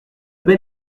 bel